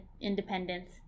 independence